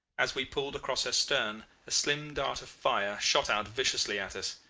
as we pulled across her stern a slim dart of fire shot out viciously at us,